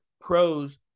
pros